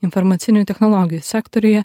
informacinių technologijų sektoriuje